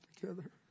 together